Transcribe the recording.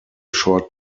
short